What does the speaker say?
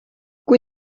kui